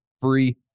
free